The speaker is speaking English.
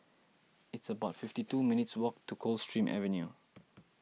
it's about fifty two minutes' walk to Coldstream Avenue